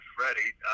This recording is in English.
Freddie